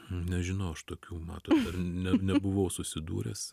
nežinau aš tokiu matot dar nebuvau susidūręs